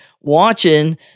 watching